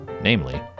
namely